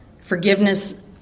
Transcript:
forgiveness